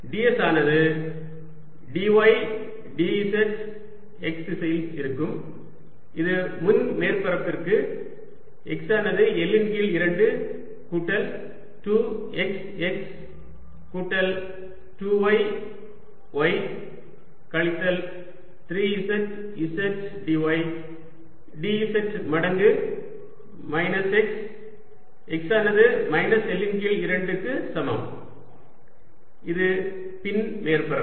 ds ஆனது dy dz x திசையில் இருக்கும் இது முன் மேற்பரப்பிற்கு x ஆனது L இன் கீழ் 2 கூட்டல் 2 x x கூட்டல் 2 y y கழித்தல் 3 z z dy dz மடங்கு மைனஸ் x x ஆனது மைனஸ் L இன் கீழ் 2 க்கு சமம் இது பின் மேற்பரப்பு